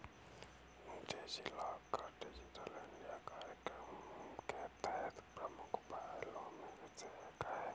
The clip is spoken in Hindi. डिजिलॉकर डिजिटल इंडिया कार्यक्रम के तहत प्रमुख पहलों में से एक है